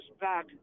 back